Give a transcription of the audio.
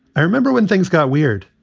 i remember when things got weird.